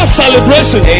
celebration